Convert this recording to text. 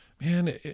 man